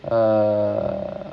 uh